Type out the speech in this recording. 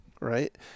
right